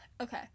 okay